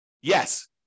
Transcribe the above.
Yes